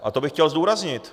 A to bych chtěl zdůraznit.